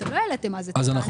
אתם לא העליתם אז את הטענות.